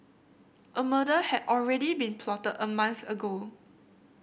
a murder had already been plotted a month ago